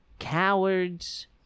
Cowards